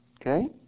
Okay